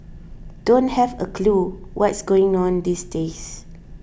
don't have a clue what's going on these days